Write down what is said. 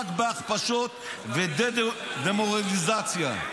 אתם עובדים כל היום רק בהכפשות ודמורליזציה.